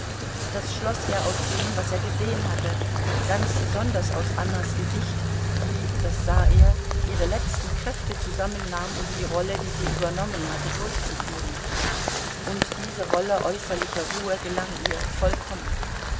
das schloß er aus dem was er gesehen hatte ganz besonders aus annas gesicht die das sah er ihre letzten kräfte zusammennahm um die rolle die sie übernommen hatte durchzuführen und diese rolle äußerlicher ruhe gelang ihr vollkommen